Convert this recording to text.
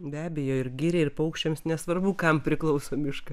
be abejo ir giriai ir paukščiams nesvarbu kam priklauso miškas